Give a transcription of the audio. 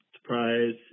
surprise